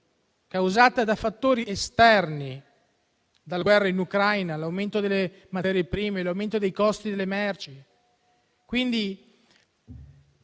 causata da fattori esterni, dalla guerra in Ucraina all'aumento delle materie prime, all'aumento dei costi delle merci.